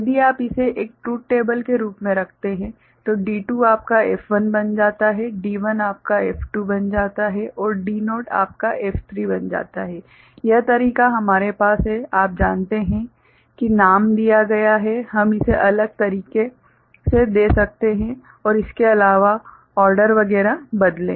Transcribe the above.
यदि आप इसे एक ट्रुथ टेबल के रूप में रखते हैं तो D2 आपका F1 बन जाता है D1 आपका F2 बन जाता है और D0 आपका F3 बन जाता है यह तरीका हमारे पास है आप जानते हैं कि नाम दिया गया है हम इसे एक अलग तरीके से दे सकते हैं इसके अलावा ऑर्डर वगैरह बदलें